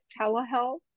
telehealth